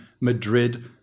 Madrid